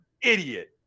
Idiot